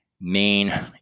main